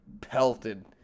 pelted